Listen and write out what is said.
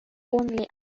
only